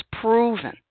proven